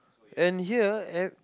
and here ev~